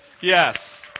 Yes